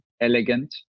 elegant